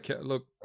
look